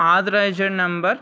authorized number